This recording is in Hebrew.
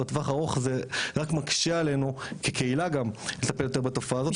בטווח הארוך זה רק מקשה עלינו כקהילה גם לטפל יותר בתופעה הזאת,